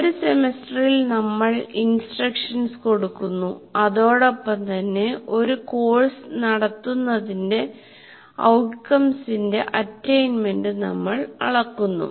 ഒരു സെമസ്റ്ററിൽ നമ്മൾ ഇൻസ്ട്രക്ഷൻസ് കൊടുക്കുന്നുഅതോടൊപ്പം തന്നെ ഒരു കോഴ്സ് നടത്തുന്നതിന്റെ ഔട്ട്കംസിന്റെ അറ്റയിൻമെൻറ് നമ്മൾ അളക്കുന്നു